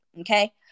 Okay